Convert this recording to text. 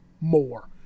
more